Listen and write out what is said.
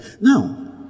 Now